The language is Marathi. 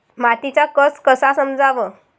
मातीचा कस कसा समजाव?